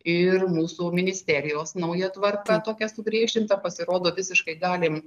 ir mūsų ministerijos nauja tvarka tokia sugriežtinta pasirodo visiškai galim